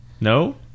no